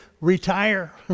Retire